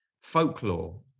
folklore